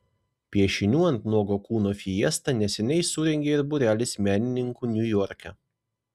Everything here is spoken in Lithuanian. piešinių ant nuogo kūno fiestą neseniai surengė ir būrelis menininkų niujorke